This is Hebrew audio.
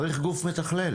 צריך גוף מתכלל.